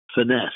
finesse